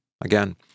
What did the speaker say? Again